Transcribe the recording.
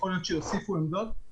יכול להיות שיוסיפו עמדות.